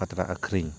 ᱯᱟᱛᱲᱟ ᱟᱠᱷᱟᱨᱤᱧ